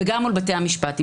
וגם מול בתי המשפט.